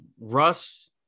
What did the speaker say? Russ